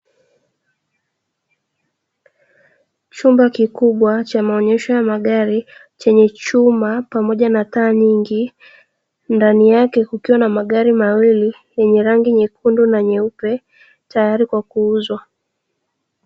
Chumba kikubwa cha maonyesho ya magari chenye chuma pamoja na taa nyingi, ndani yake kukiwa na magari mawili, yenye rangi nyekundu na nyeupe, tayari kwa kuuzwa.